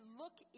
look